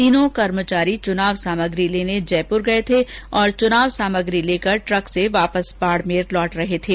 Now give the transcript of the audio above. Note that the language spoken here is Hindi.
तीनों कर्मचारी चुनाव सामग्री लेने जयपुर गए थे और चुनाव सामग्री लेकर एक ट्रक से वापिस बाड़मेर लौट रहे थे